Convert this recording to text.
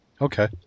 Okay